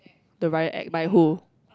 the Riot Act by who